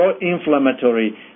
pro-inflammatory